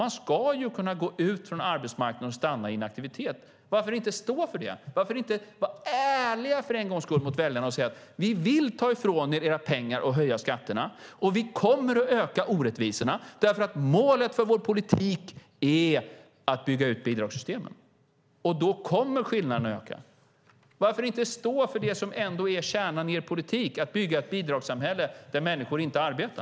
Man ska kunna gå ut från arbetsmarknaden och stanna i inaktivitet. Varför inte stå för det? Varför inte för en gångs skull vara ärliga mot väljarna och säga: Vi vill ta ifrån er era pengar och höja skatterna. Vi kommer att öka orättvisorna därför att målet för vår politik är att bygga ut bidragssystemen, och då kommer skillnaderna att öka. Varför inte stå för det som ändå är kärnan i er politik, att bygga ett bidragssamhälle där människor inte arbetar?